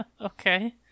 Okay